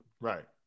Right